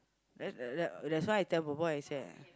that that that's why I tell boy boy I say